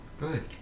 good